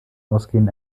ausgehen